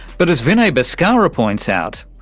but as vinay bashkara points out,